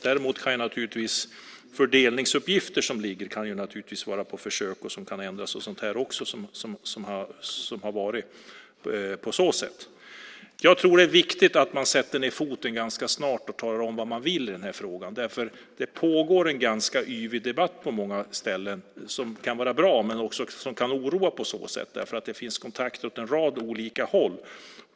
Däremot kan fördelningsuppgifter som ligger vara på försök och ändras. Jag tror att det är viktigt att man sätter ned foten ganska snart och talar om vad man vill i den här frågan. Det pågår en ganska yvig debatt på många ställen som kan vara bra men som också kan oroa, för det finns kontakter åt en rad olika håll.